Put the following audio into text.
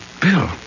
Bill